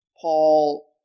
Paul